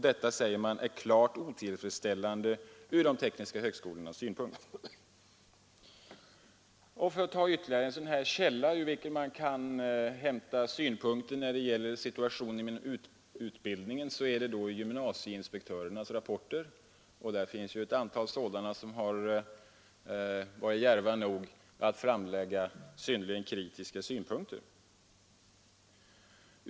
Detta är klart otillfredsställande ur de tekniska högskolornas synpunkt.” För att ta ytterligare en källa, ur vilken man kan hämta synpunkter på situationen inom utbildningen, kan jag nämna gymnasieinspektörernas rapporter. Ett antal gymnasieinspektörer har varit djärva nog att anlägga synnerligen kritiska synpunkter.